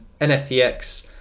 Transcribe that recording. NFTX